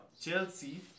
Chelsea